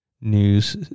news